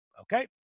okay